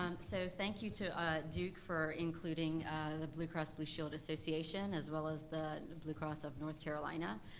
um so thank you to duke for including the blue cross blue shield association as well as the blue cross of north carolina.